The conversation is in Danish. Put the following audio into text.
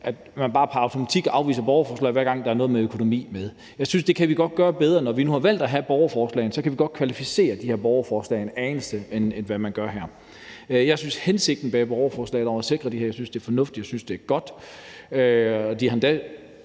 lige nu bare pr. automatik afviser borgerforslag, hver gang det handler om noget med økonomi. Jeg synes godt, vi kan gøre det bedre. Når vi nu har valgt at modtage borgerforslag, kan vi godt kvalificere dem en anelse mere, end hvad vi gør her. Jeg synes, at hensigten bag borgerforslaget om at sikre de her personer er fornuftig. Jeg synes, det er godt.